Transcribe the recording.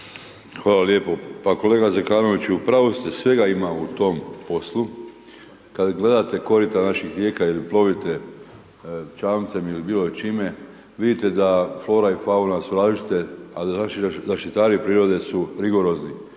Hvala lijepo. Pa kolega Zekanoviću, u pravu ste, svega ima u tom poslu kad gledate koji današnji tijek kad plovite čamcem ili bilo čime, vidite flora i fauna su različite a da naši zaštitari prirode su rigorozni.